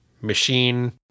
machine